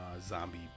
zombie